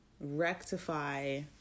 rectify